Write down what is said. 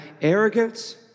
arrogance